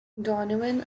donovan